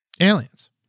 Aliens